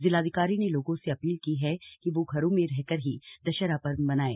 जिलाधिकारी ने लोगों से अपील की है कि वह घरों में ही रहकर दशहरा पर्व मनाएं